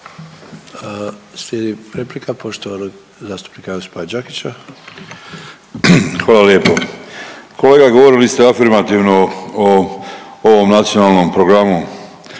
Slijedi replika poštovanog zastupnika Josipa Đakića. **Đakić, Josip (HDZ)** Hvala lijepo. Kolega govorili ste afirmativno o ovom nacionalnom programu.